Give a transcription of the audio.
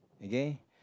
okay